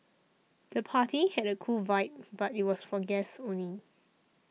the party had a cool vibe but was for guests only